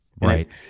Right